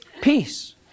Peace